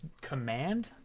command